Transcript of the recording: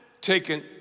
taken